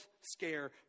scare